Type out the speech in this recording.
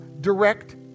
direct